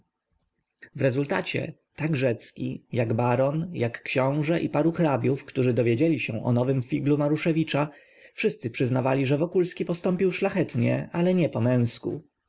w rezultacie tak rzecki jak baron jak książe i paru hrabiów którzy dowiedzieli się o nowym figlu maruszewicza wszyscy przyznawali że wokulski postąpił szlachetnie ale nie po męsku